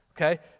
okay